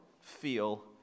feel